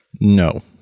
No